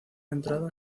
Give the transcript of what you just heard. entrada